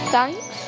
Thanks